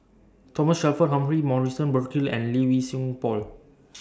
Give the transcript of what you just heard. Thomas Shelford Humphrey Morrison Burkill and Lee Wei Song Paul